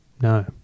No